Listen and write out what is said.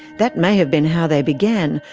that may have been how they began,